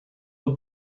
were